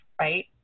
right